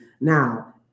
Now